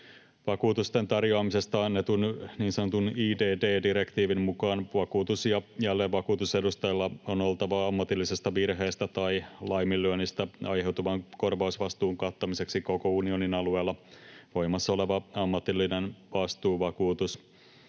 Vakuutusten tarjoamisesta annetun niin sanotun IDD-direktiivin mukaan vakuutus- ja jälleenvakuutusedustajalla on oltava ammatillisesta virheestä tai laiminlyönnistä aiheutuvan korvausvastuun kattamiseksi koko unionin alueella voimassa oleva ammatillinen vastuuvakuutus.